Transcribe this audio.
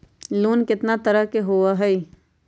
Loan केतना तरह के होअ हई?